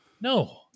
No